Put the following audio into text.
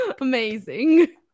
Amazing